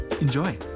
Enjoy